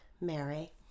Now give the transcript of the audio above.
Mary